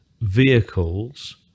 vehicles